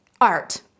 art